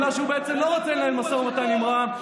גילה שהוא בעצם לא רוצה לנהל משא ומתן עם רע"מ,